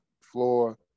floor